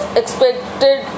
expected